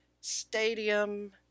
Stadium